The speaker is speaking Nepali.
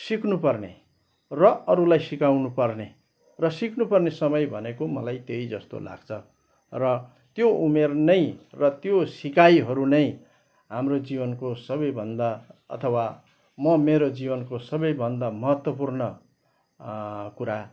सिक्नु पर्ने र अरूलाई सिकाउनु पर्ने र सिक्नु पर्ने समय भनेको मलाई त्यही जस्तो लाग्छ र त्यो उमेर नै र त्यो सिकाइहरू नै हाम्रो जीवनको सबैभन्दा अथवा म मेरो जीवनको सबैभन्दा महत्त्वपूर्ण कुरा